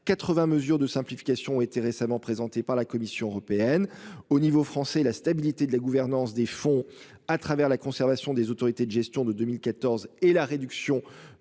80 mesures de simplification été récemment présenté par la Commission européenne au niveau français et la stabilité de la gouvernance des fonds à travers la conservation des autorités de gestion de 2014 et la réduction